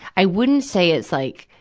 i wouldn't say it's like,